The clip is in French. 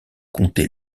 comptait